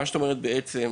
מה שאת אומרת בעצם,